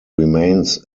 remains